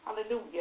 hallelujah